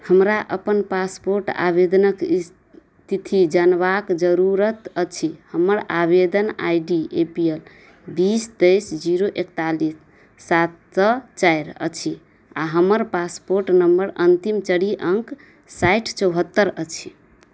हमरा अपन पासपोर्ट आवेदनके इस्थिति जानबाक जरूरत अछि हमर आवेदन I D A P L बीस तेइस जीरो एकतालिस सात सओ चारि अछि आओर हमर पासपोर्ट नम्बर अन्तिम चारि अङ्क साठि चौहत्तरि अछि